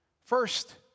First